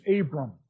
Abram